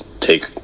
take